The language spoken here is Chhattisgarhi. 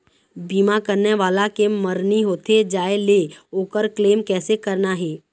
बीमा करने वाला के मरनी होथे जाय ले, ओकर क्लेम कैसे करना हे?